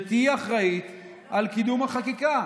ותהיי אחראית על קידום החקיקה.